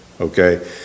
okay